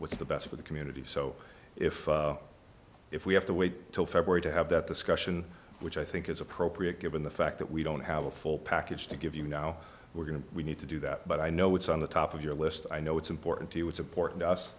what's the best for the community so if if we have to wait till february to have that discussion which i think is appropriate given the fact that we don't have a full package to give you now we're going to we need to do that but i know what's on the top of your list i know it's important to you what's important to us